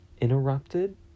interrupted